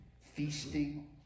feasting